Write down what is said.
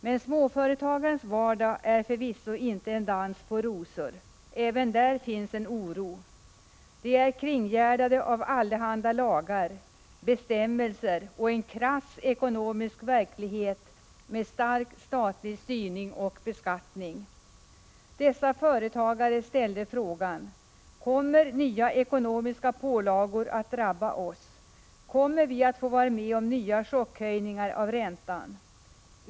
Men småföretagarens vardag är förvisso ingen dans på rosor. Även där finns en oro. Småföretagarna är kringgärdade av allehanda lagar, bestämmelser och en krass ekonomisk verklighet med stark statlig styrning och beskattning. Dessa företagare ställde frågan: Kommer nya ekonomiska pålagor att drabba oss? Kommer vi att få vara med om nya chockhöjningar av räntan?